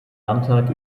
landtag